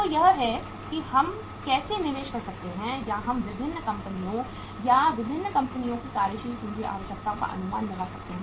तो यह है कि हम कैसे निवेश कर सकते हैं या हम विभिन्न कंपनियों या विभिन्न कंपनियों की कार्यशील पूंजी आवश्यकताओं का अनुमान लगा सकते हैं